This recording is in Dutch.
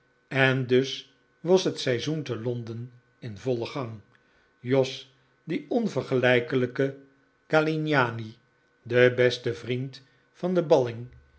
en dus was het seizoen te londen in vollen gang jos die de onvergelijkelijke galignani de beste vriend van den balling